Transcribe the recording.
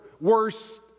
worse